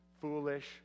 foolish